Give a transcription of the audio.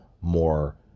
more